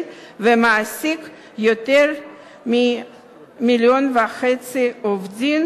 ומעסיק יותר מ-1.5 מיליון עובדים,